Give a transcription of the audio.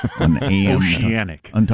Oceanic